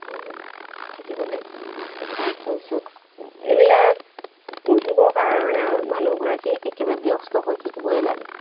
থাকিবলৈ তাৰপিছত এইবিলাক পুহিবৰ কাৰণে মানুহগৰাকী একেবাৰে ব্যস্ত হৈ থাকিবই লাগে